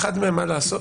ואחד מהם, מה לעשות,